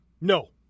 No